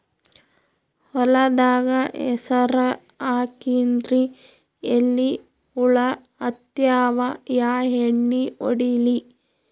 ಹೊಲದಾಗ ಹೆಸರ ಹಾಕಿನ್ರಿ, ಎಲಿ ಹುಳ ಹತ್ಯಾವ, ಯಾ ಎಣ್ಣೀ ಹೊಡಿಲಿ?